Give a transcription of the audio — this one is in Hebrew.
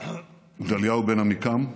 גדליהו בן אחיקם,